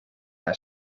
naar